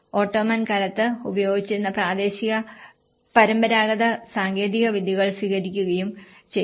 Ottoman കാലത്തു ഉപയോഗിച്ചിരുന്ന പ്രാദേശിക പരമ്പരാഗത സാങ്കേതികവിദ്യകൾ സ്വീകരിക്കുകയും ചെയ്തു